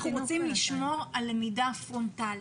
אנחנו רוצים לשמור על למידה פרונטלית.